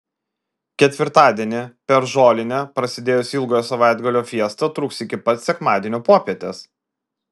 ketvirtadienį per žolinę prasidėjusi ilgojo savaitgalio fiesta truks iki pat sekmadienio popietės